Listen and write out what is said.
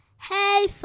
Hey